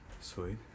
Sweet